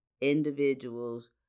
individuals